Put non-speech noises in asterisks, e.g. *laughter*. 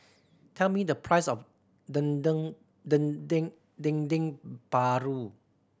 tell me the price of dendeng *unintelligible* paru